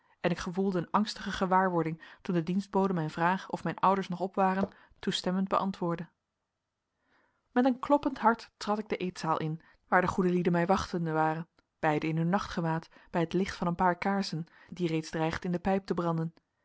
en ik gevoelde een angstige gewaarwording toen de dienstbode mijn vraag of mijn ouders nog op waren toestemmend beantwoordde met een kloppend hart trad ik de eetzaal in waar de goede lieden mij wachtende waren beiden in hun nachtgewaad bij het licht van een paar kaarsen die reeds dreigden in de pijp te branden